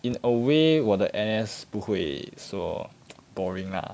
in a way 我的 N_S 不会说 boring ah